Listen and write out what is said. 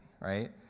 right